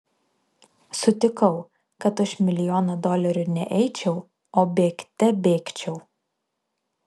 sutikau kad už milijoną dolerių ne eičiau o bėgte bėgčiau